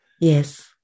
Yes